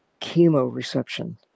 chemoreception